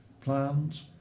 plans